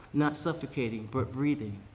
not suffocating, but breathing,